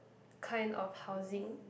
kind of housing